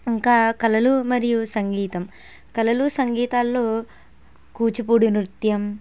ఇంకా కళలు మరియు సంగీతం కళలు సంగీతాల్లో కూచిపూడి నృత్యం